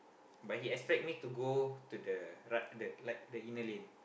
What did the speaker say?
but he expect me to go to the right the like the inner lane